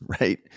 right